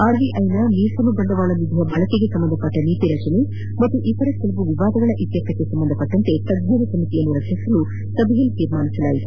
ಆರ್ಬಿಐನ ಮೀಸಲು ಬಂಡವಾಳ ನಿಧಿಯ ಬಳಕೆಗೆ ಸಂಬಂಧಿಸಿದ ನೀತಿ ರಚನೆ ಹಾಗೂ ಇತರ ಕೆಲವು ವಿವಾದಗಳ ಇತ್ತರ್ಥಕ್ಕೆ ಸಂಬಂಧಿಸಿ ತಜ್ಜರ ಸಮಿತಿಯನ್ನು ರಚಿಸಲು ಸಭೆ ನಿರ್ಧರಿಸಿದೆ